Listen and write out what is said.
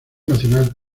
nacional